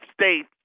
States